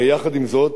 יחד עם זאת,